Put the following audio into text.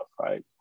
Right